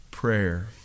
prayer